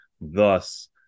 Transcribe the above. Thus